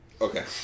Okay